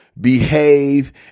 behave